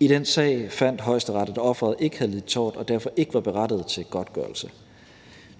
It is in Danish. I den sag fandt Højesteret, at offeret ikke havde lidt tort og derfor ikke var berettiget til godtgørelse.